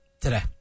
today